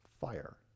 fire